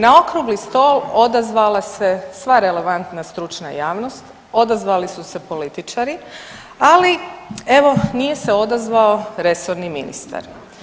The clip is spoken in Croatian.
Na okrugli stol odazvala se sva relevantna stručna javnost, odazvali su se političari, ali evo nije se odazvao resorni ministar.